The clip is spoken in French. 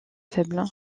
faible